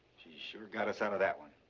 she sure got us out of that one.